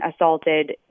assaulted